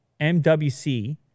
MWC